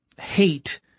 Hate